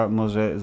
może